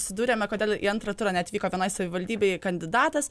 susidūrėme kodėl į antrą turą neatvyko vienoj savivaldybėj kandidatas